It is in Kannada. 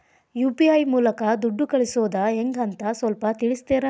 ಯು.ಪಿ.ಐ ಮೂಲಕ ದುಡ್ಡು ಕಳಿಸೋದ ಹೆಂಗ್ ಅಂತ ಸ್ವಲ್ಪ ತಿಳಿಸ್ತೇರ?